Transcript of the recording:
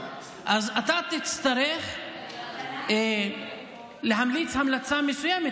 אז אתה תצטרך להמליץ המלצה מסוימת.